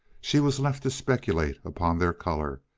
she was left to speculate upon their color,